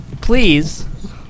please